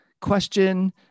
question